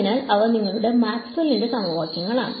അതിനാൽ അവ നിങ്ങളുടെ മാക്സ്വെല്ലിന്റെ സമവാക്യങ്ങളാണ്